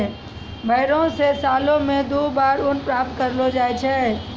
भेड़ो से सालो मे दु बार ऊन प्राप्त करलो जाय छै